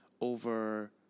over